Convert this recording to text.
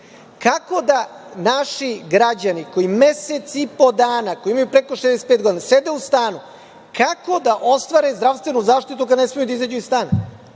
Kako da naši građani koji mesec i po dana, koji imaju preko 65 godina, sede u stanu, kako da ostvare zdravstvenu zaštitu kad ne smeju da izađu iz stana?